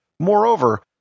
Moreover